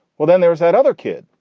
well, then there's that other kid.